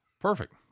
Perfect